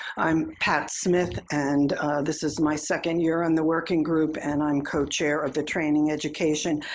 i'm pat smith and this is my second year on the working group. and i'm co-chair of the training, education,